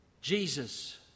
Jesus